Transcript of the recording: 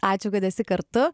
ačiū kad esi kartu